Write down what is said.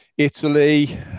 Italy